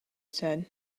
said